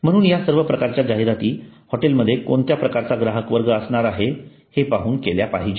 म्हणून या सर्व प्रकारच्या जाहिराती हॉटेलमध्ये कोणत्या प्रकारचा ग्राहकवर्ग असणार आहे हे पाहून केल्या पाहिजेत